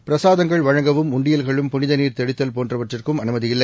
பிரசாதங்கள் வழங்கவும் உண்டியல்களும் புனித நீர் தெளித்தல் போன்றவற்றுக்கும் அனுமதி இல்லை